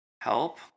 Help